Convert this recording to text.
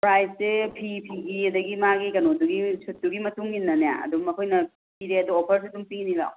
ꯄ꯭ꯔꯥꯏꯁꯦ ꯐꯤꯐꯤꯒꯤ ꯑꯗꯨꯗꯒꯤ ꯃꯥꯒꯤ ꯀꯩꯅꯣꯗꯨꯒꯣ ꯁꯨꯠꯇꯨꯒꯤ ꯃꯇꯨꯡ ꯏꯟꯅꯅꯦ ꯑꯗꯨꯝ ꯑꯩꯈꯣꯏꯅ ꯄꯤꯔꯦ ꯑꯗꯨꯗꯣ ꯑꯣꯐꯔꯁꯨ ꯑꯗꯨꯝ ꯄꯤꯅꯤ ꯂꯥꯛꯑꯣ